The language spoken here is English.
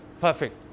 perfect